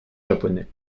japonais